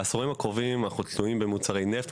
בעשורים הקרובים אנחנו תלויים במוצרי נפט.